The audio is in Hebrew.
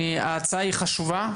ההצעה היא חשובה.